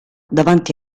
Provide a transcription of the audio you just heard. davanti